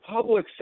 public